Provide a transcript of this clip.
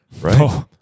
Right